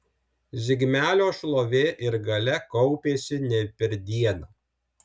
zigmelio šlovė ir galia kaupėsi ne per dieną